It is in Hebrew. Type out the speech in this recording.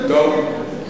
טוב.